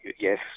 yes